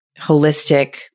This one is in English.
holistic